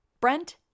Brent